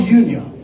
union